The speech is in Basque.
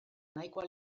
nahikoa